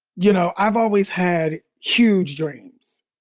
you know, i've always had huge dreams.